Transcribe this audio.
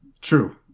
true